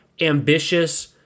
ambitious